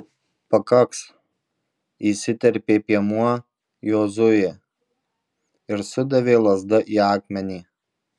pakaks įsiterpė piemuo jozuė ir sudavė lazda į akmenį